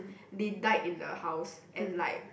they died in the house and like